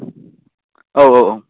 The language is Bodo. औ औ औ